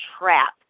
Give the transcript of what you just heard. trapped